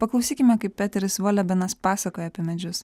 paklausykime kaip peteris volebenas pasakoja apie medžius